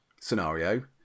scenario